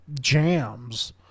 jams